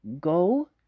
go